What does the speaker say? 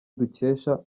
dukesha